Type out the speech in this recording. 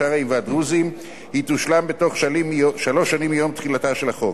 השרעיים והדרוזיים תושלם בתוך שלוש שנים מיום תחילתו של החוק.